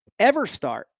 EverStart